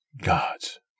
Gods